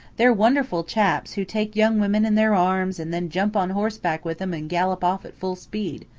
they're wonderful chaps, who take young women in their arms and then jump on horseback with em and gallop off at full speed.